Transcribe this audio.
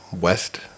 West